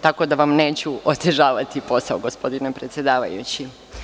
Tako da vam neću otežavati posao, gospodine predsedavajući.